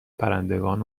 پرندگان